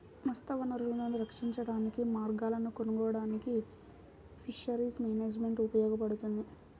మత్స్య వనరులను రక్షించడానికి మార్గాలను కనుగొనడానికి ఫిషరీస్ మేనేజ్మెంట్ ఉపయోగపడుతుంది